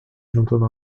juntando